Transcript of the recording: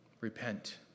Repent